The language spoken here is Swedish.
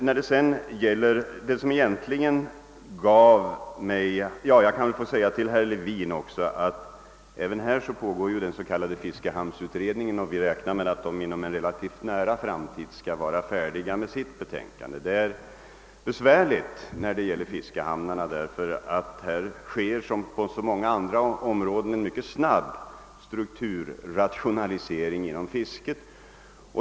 Jag vill säga till herr Levin att även på detta område arbetar den s.k. fiskehamnsutredningen, och vi räknar med att den skall bli färdig med sitt betänkande inom en relativt näraliggande framtid. Vad beträffar fiskehamnarna sker liksom på många andra områden en snabb strukturrationalisering inom fisket.